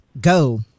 go